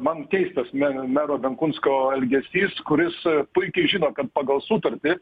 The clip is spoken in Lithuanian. man keistas mer mero benkunsko elgesys kuris puikiai žino kad pagal sutartį